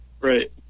Right